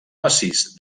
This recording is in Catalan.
massís